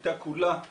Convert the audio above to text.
הייתה כולה טכנולוגית.